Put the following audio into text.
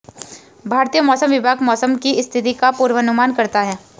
भारतीय मौसम विभाग मौसम की स्थिति का पूर्वानुमान करता है